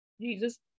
Jesus